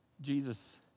Jesus